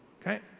okay